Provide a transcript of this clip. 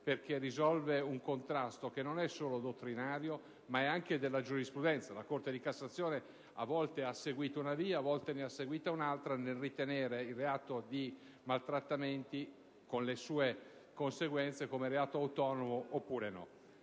perché risolve un contrasto che non è solo dottrinario, ma anche della giurisprudenza. La Corte di cassazione, a volte ha seguito una via, a volte un'altra nel ritenere il reato di maltrattamenti, con le sue conseguenze, come reato autonomo oppure no.